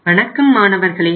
வணக்கம் மாணவர்களே